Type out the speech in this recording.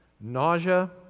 Nausea